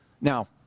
Now